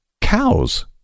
cows